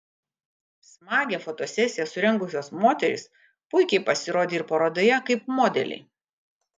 smagią fotosesiją surengusios moterys puikiai pasirodė ir parodoje kaip modeliai